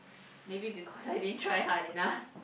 maybe because I didn't try hard enough